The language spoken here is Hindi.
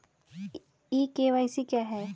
ई के.वाई.सी क्या है?